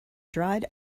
dried